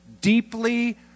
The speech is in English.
Deeply